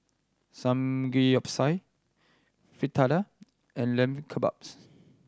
Samgeyopsal Fritada and Lamb Kebabs